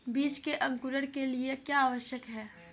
बीज के अंकुरण के लिए क्या आवश्यक है?